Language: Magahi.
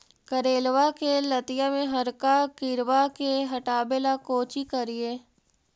करेलबा के लतिया में हरका किड़बा के हटाबेला कोची करिए?